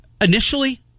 Initially